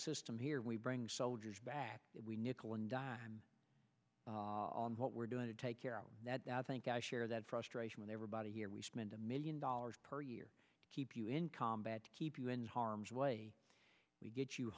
system here we bring soldiers back that we nickel and dime on what we're doing to take care of that i think i share that frustration with everybody here we spend a million dollars per year keep you in combat keep you in harm's way we get you